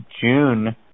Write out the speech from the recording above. June